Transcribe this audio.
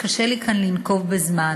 לכן קשה לי לנקוב כאן בזמן.